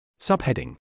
Subheading